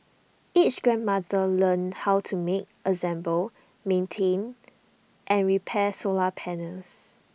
each grandmother learns how to make assemble maintain and repair solar panels